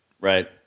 Right